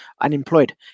unemployed